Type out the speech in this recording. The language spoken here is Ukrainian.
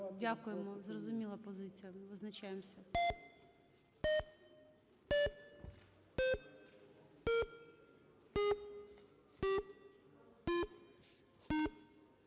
Дякуємо. Зрозуміла позиція. Визначаємося.